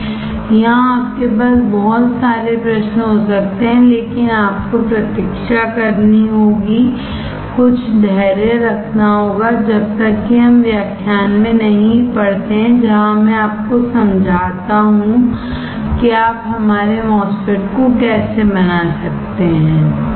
यहाँ आपके पास बहुत सारे प्रश्न हो सकते हैं लेकिन आपको प्रतीक्षा करनी होगीकुछ धैर्य रखना होगा जब तक कि हम व्याख्यान में नहीं पढ़ते हैं जहाँ मैं आपको समझाता हूँ कि आप हमारे MOSFET को कैसे बना सकते हैं ठीक है